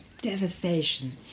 devastation